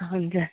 हजुर